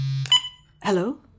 Hello